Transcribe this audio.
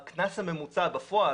הקנס הממוצע בפועל,